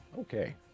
Okay